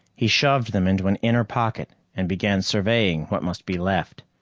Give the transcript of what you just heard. he shoved them into an inner pocket, and began surveying what must be left.